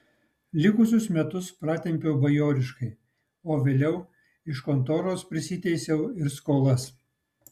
likusius metus pratempiau bajoriškai o vėliau iš kontoros prisiteisiau ir skolas